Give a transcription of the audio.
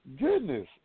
Goodness